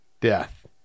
death